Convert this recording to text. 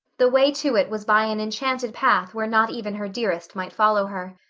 the way to it was by an enchanted path where not even her dearest might follow her.